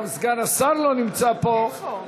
גם סגן השר לא נמצא פה.